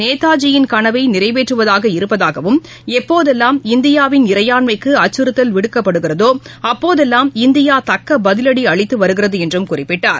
நேதாஜியின் கனவைநிறைவேற்றுவதாக இருப்பதாகவும் எப்போதெல்லாம் இது இந்தியாவின் இறையான்மைக்குஅச்சுறுத்தல் விடுக்கப்படுகிறதோஅப்போதெல்லாம் இந்தியாதக்கபதிவடிஅளித்துவருகிறதுஎன்றும் குறிப்பிட்டார்